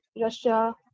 Russia